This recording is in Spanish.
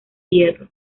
hierro